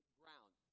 ground